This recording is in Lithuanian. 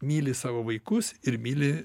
myli savo vaikus ir myli